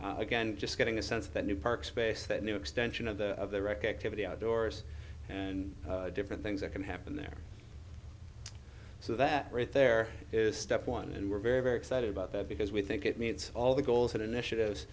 side again just getting a sense that new park space that new extension of the of the wreckage to the outdoors and different things that can happen there so that right there is step one and we're very very excited about that because we think it meets all the goals and initiatives